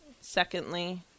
secondly